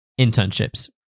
internships